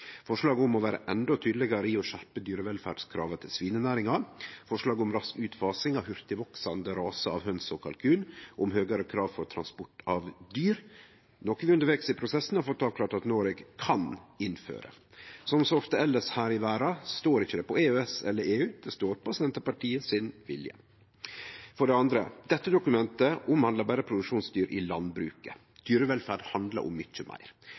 om å vere endå tydelegare i å skjerpe dyrevelferdskrava til svinenæringa, forslaget om rask utfasing av hurtigvoksande rasar av høns og kalkun og forslaget om høgare krav for transport av dyr, noko vi undervegs i prosessen har fått avklart at Noreg kan innføre. Som så ofte elles her i verda står det ikkje på EØS eller EU, det står på Senterpartiets vilje. For det andre: Dette dokumentet omhandlar berre produksjonsdyr i landbruket. Dyrevelferd handlar om mykje meir.